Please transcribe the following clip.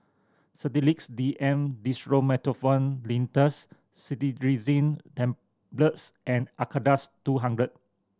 Sedilix D M Dextromethorphan Linctus Cetirizine Tablets and Acardust two hundred